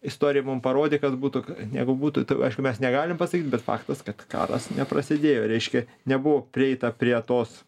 istorija mum parodė kas būtų jeigu būtų aišku mes negalim pasakyti bet faktas kad karas neprasidėjo reiškia nebuvo prieita prie tos